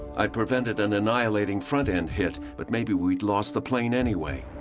i'd prevented an annihilating front-end hit, but maybe we'd lost the plane anyway.